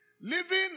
Living